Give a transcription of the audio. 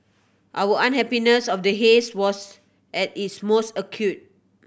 our unhappiness of the haze was at its most acute